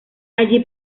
allí